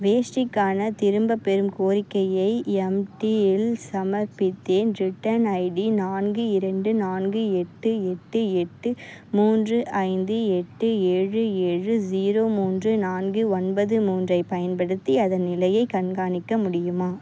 வேஷ்டிக்கான திரும்பப்பெறும் கோரிக்கையை எம்டியில் சமர்ப்பித்தேன் ரிட்டர்ன் ஐடி நான்கு இரண்டு நான்கு எட்டு எட்டு எட்டு மூன்று ஐந்து எட்டு ஏழு ஏழு ஜீரோ மூன்று நான்கு ஒன்பது மூன்றைப் பயன்படுத்தி அதன் நிலையைக் கண்காணிக்க முடியுமா